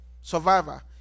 survivor